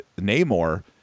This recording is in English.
Namor